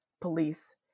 police